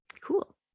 Cool